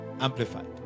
Amplified